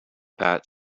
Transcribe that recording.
pat